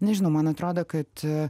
nežinau man atrodo kad